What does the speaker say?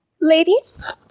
ladies